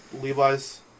Levi's